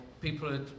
people